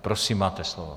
Prosím, máte slovo.